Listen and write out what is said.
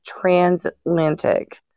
transatlantic